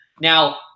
Now